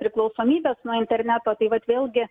priklausomybes nuo interneto tai vat vėlgi